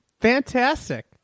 fantastic